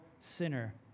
sinner